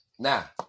Now